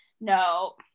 no